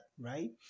right